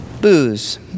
booze